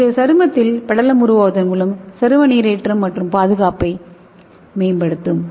இது சருமத்தில் படலம் உருவாவதன் மூலம் சரும நீரேற்றம் மற்றும் பாதுகாப்பை மேம்படுத்தும்